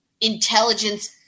intelligence